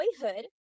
boyhood